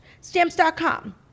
stamps.com